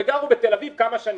וגרו בתל אביב כמה שנים.